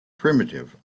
primitive